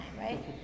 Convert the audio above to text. right